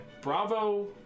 Bravo